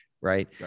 right